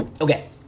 Okay